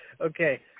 okay